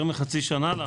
יותר מחצי שנה.